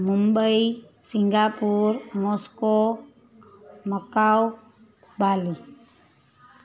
Mumbai Singapore Moscow Macau Bali